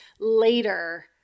later